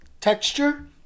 texture